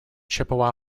chippewa